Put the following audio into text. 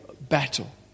battle